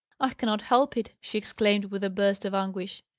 i cannot help it, she exclaimed, with a burst of anguish.